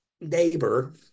neighbor